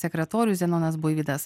sekretorius zenonas buivydas